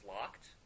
locked